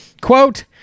Quote